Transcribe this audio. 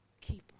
keeper